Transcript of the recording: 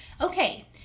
okay